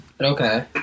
okay